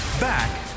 Back